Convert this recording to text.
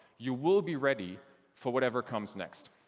you will be ready for whatever comes next.